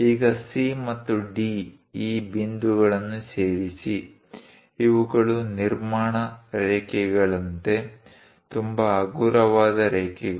ಈಗ C ಮತ್ತು D ಈ ಬಿಂದುಗಳನ್ನು ಸೇರಿಸಿ ಇವುಗಳು ನಿರ್ಮಾಣ ರೇಖೆಗಳಂತೆ ತುಂಬಾ ಹಗುರವಾದ ರೇಖೆಗಳು